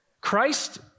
Christ